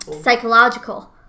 psychological